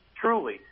truly